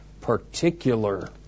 particular